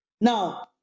Now